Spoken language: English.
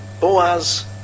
Boaz